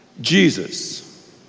Jesus